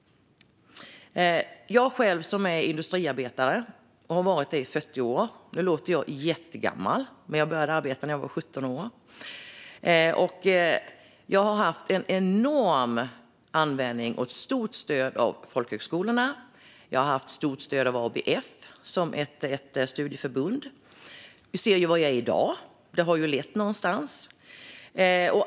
Jag är industriarbetare och har varit det i 40 år. Nu låter jag jättegammal, men jag började arbeta när jag var 17 år. Jag har haft enorm användning av folkhögskolorna och fått stort stöd av dem. Jag har också haft stort stöd av ABF, som är ett studieförbund. Och vi ser var jag är i dag - det har ju lett någonstans.